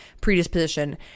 predisposition